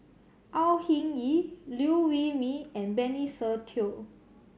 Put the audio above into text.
Au Hing Yee Liew Wee Mee and Benny Se Teo